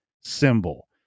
symbol